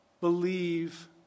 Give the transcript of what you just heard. believe